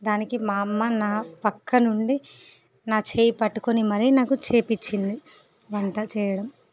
దానికి మా అమ్మ నా పక్కన ఉండి నా చేయి పట్టుకుని మరి నాకు చేయించింది వంట చేయడం